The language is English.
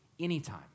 anytime